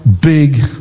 big